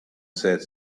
said